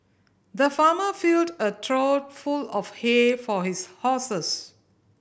the farmer filled a trough full of hay for his horses